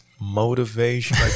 motivation